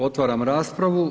Otvaram raspravu.